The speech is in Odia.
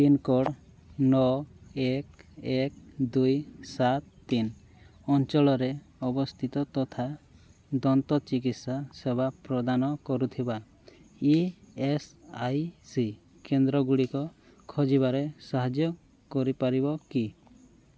ପିନ୍କୋଡ଼୍ ନଅ ଏକ ଏକ ଦୁଇ ସାତ ତିନି ଅଞ୍ଚଳରେ ଅବସ୍ଥିତ ତଥା ଦନ୍ତ ଚିକିତ୍ସା ସେବା ପ୍ରଦାନ କରୁଥିବା ଇ ଏସ୍ ଆଇ ସି କେନ୍ଦ୍ରଗୁଡ଼ିକ ଖୋଜିବାରେ ସାହାଯ୍ୟ କରିପାରିବ କି